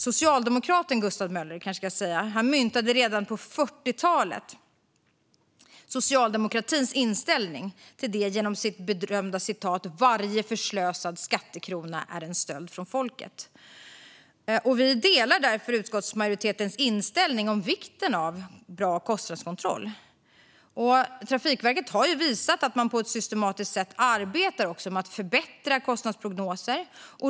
Socialdemokraten Gustav Möller myntade redan på 40-talet sitt berömda citat som uttrycker socialdemokratins inställning till detta: Varje förslösad skattekrona är en stöld från folket. Vi delar därför utskottsmajoritetens inställning till vikten av bra kostnadskontroll. Trafikverket har visat att man på ett systematiskt sätt arbetar med att förbättra kostnadsprognoser.